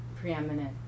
preeminent